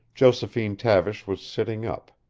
josephine tavish was sitting up.